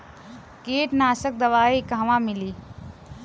कीटनाशक दवाई कहवा मिली?